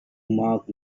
mark